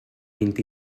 vint